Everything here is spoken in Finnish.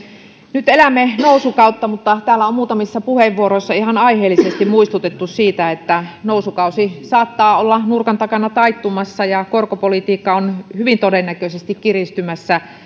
nyt elämme nousukautta mutta täällä on muutamissa puheenvuoroissa ihan aiheellisesti muistutettu siitä että nousukausi saattaa olla nurkan takana taittumassa ja korkopolitiikka on hyvin todennäköisesti kiristymässä